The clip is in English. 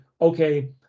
okay